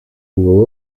hugo